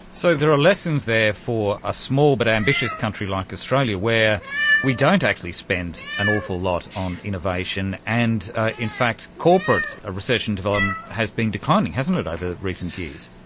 so there are lessons there for a small but ambitious country like australia where we don't actually spend an awful lot on innovation, and in fact corporate ah research and development has been declining, hasn't it, over recent years.